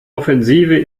offensive